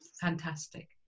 fantastic